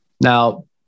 Now